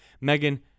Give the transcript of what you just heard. Megan